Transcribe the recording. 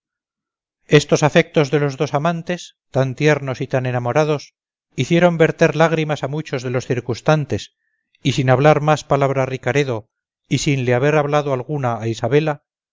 estos afectos de los dos amantes tan tiernos y tan enamorados hicieron verter lágrimas a muchos de los circunstantes y sin hablar más palabra ricaredo y sin le haber hablado alguna a isabela